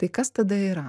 tai kas tada yra